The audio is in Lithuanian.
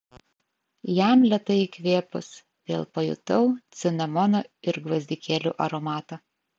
jam lėtai įkvėpus vėl pajutau cinamono ir gvazdikėlių aromatą